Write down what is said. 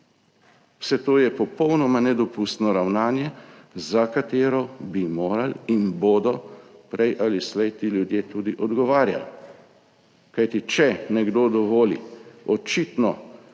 Vse to je popolnoma nedopustno ravnanje, za katero bi morali in bodo prej ali slej ti ljudje tudi odgovarjali. Kajti če nekdo dovoli očitno